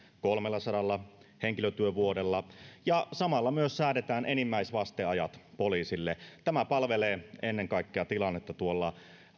kolmellasadalla henkilötyövuodella ja että samalla myös säädetään enimmäisvasteajat poliisille tämä palvelee ennen kaikkea tilannetta tuolla